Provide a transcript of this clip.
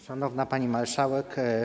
Szanowna Pani Marszałek!